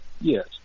Yes